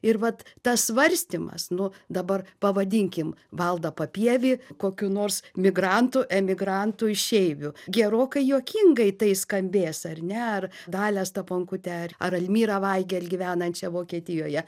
ir vat tas svarstymas nu dabar pavadinkim valdą papievį kokiu nors migrantu emigrantu išeiviu gerokai juokingai tai skambės ar ne ar dalią staponkutę ar almyrą vaigel gyvenančią vokietijoje